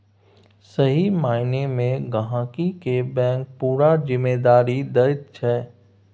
सही माइना मे गहिंकी केँ बैंक पुरा जिम्मेदारी दैत छै